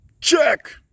Check